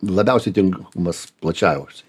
labiausiai tinka mas plačiausiai